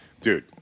Dude